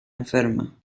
enferma